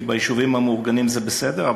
כי ביישובים המאורגנים זה בסדר.